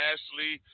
Ashley